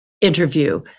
interview